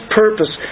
purpose